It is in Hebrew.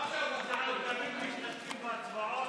מה שמוזר, שתמיד משתתפים בהצבעות,